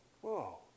Whoa